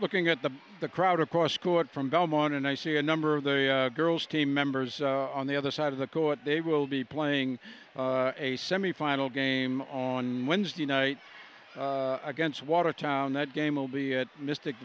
looking at the the crowd across court from belmont and i see a number of the girls team members on the other side of the court they will be playing a semifinal game on wednesday night against watertown that game will be at mystic